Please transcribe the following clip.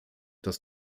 das